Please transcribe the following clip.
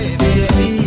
baby